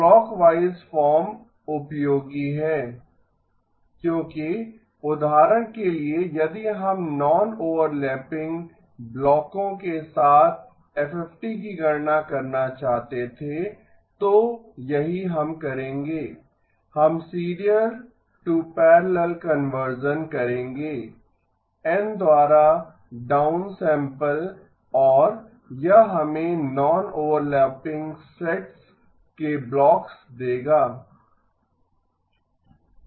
clockwise form उपयोगी है क्योंकि उदाहरण के लिए यदि हम नॉन ओवरलैपिंग ब्लॉकों के साथ एफएफटी की गणना करना चाहते थे तो यही हम करेंगे हम सीरियल टू पैरलल कन्वर्ज़न करेंगे N द्वारा डाउन सैंपल और यह हमें नॉन ओवरलैपिंग सेट्स के ब्लॉक्स देगा